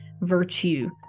virtue